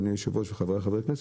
אדוני היושב-ראש וחבריי חברי הכנסת,